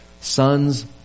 sons